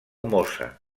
mosa